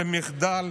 זה מחדל.